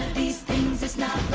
these things it's not